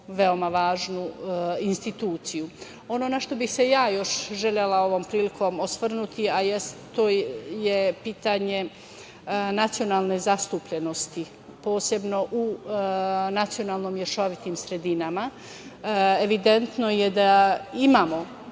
veoma važnu instituciju. Ono na šta bih se ja još želela ovom prilikom osvrnuti to je pitanje nacionalne zastupljenosti, posebno u nacionalno mešovitim sredinama. Evidentno je da imamo